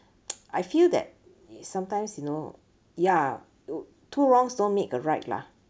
I feel that sometimes you know ya two wrongs don't make a right lah